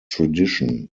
tradition